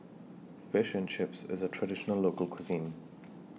Fish and Chips IS A Traditional Local Cuisine